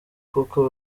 koko